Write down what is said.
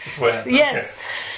Yes